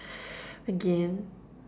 again